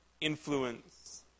influence